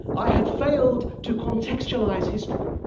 i had failed to contextualize history,